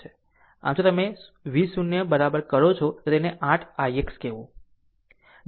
આમ જો તમે તેને v 0 0 કરો છો તો તેને 8 ix કહેવું